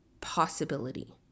possibility